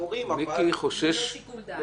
ספורים אבל --- ללא שיקול דעת גיליוטינה.